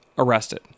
Arrested